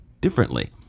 differently